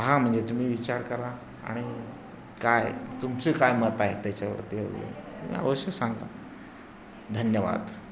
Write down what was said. पहा म्हणजे तुम्ही विचार करा आणि काय तुमचे काय मत आहे त्याच्यावरती वगैरे अवश्य सांगा धन्यवाद